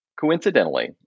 Coincidentally